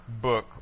book